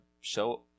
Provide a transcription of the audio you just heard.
show